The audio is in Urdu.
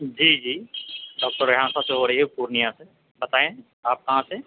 جی جی ڈاکٹر ریحان صاحب سے ہو رہی ہے پورنیہ سے بتائیں آپ کہاں سے